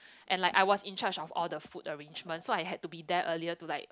and like I was in charge of all the food arrangement so I had to be there earlier to like